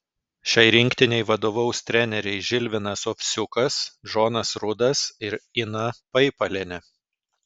šiai rinktinei vadovaus treneriai žilvinas ovsiukas džonas rudas ir ina paipalienė